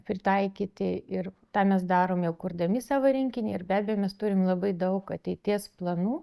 pritaikyti ir tą mes darom jau kurdami savo rinkinį ir be abejo mes turim labai daug ateities planų